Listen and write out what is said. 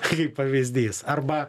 kaip pavyzdys arba